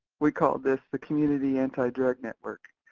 we call this the community anti-drug network,